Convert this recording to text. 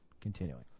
Continuing